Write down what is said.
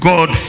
God